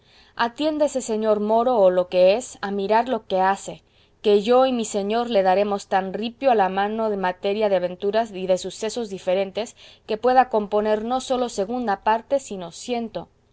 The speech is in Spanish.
atienda ese señor moro o lo que es a mirar lo que hace que yo y mi señor le daremos tanto ripio a la mano en materia de aventuras y de sucesos diferentes que pueda componer no sólo segunda parte sino ciento